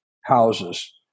houses